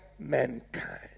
mankind